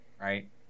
right